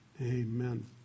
amen